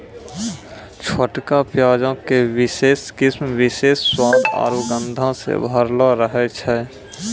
छोटका प्याजो के विशेष किस्म विशेष स्वाद आरु गंधो से भरलो रहै छै